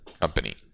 Company